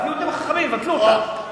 תהיו אתם חכמים, תבטלו אותה.